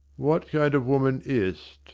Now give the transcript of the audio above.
what kind of woman is t?